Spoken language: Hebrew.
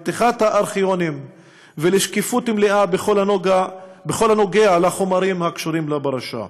לפתיחת הארכיונים ולשקיפות מלאה בכל הנוגע לחומרים הקשורים לפרשה.